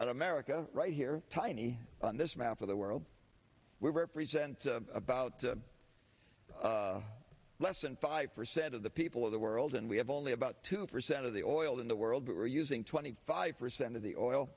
how america right here tiny on this map of the world we represent about less than five percent of the people of the world and we have only about two percent of the oil in the world but we're using twenty five percent of the oil